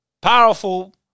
Powerful